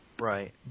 Right